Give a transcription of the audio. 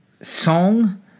song